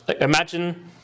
Imagine